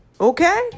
Okay